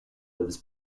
lives